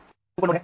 यह super node है